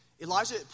Elijah